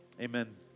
amen